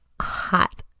hot